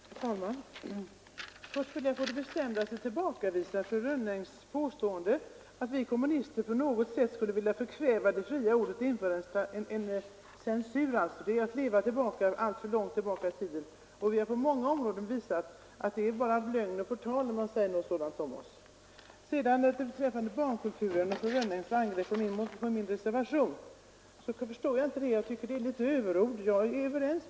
Herr talman! Först vill jag på det bestämdaste tillbakavisa fru Rönnungs påstående att vi kommunister på något sätt vill förkväva det fria ordet och införa censur. Det vore ju detsamma som att vrida klockan tillbaka. Vi har vid många tillfällen visat att det verkligen är lögn och förtal när man beskyller oss för detta. Vad sedan angår barnkulturen och fru Rönnungs angrepp på min reservation tycker jag att vad fru Rönnung sade var överord som jag inte förstår.